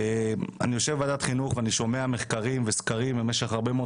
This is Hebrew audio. אני יושב בוועדת חינוך ואני שומע מחקרים וסקרים במשך הרבה מאוד